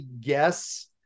guess